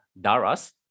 Daras